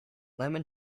lemon